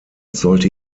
sollte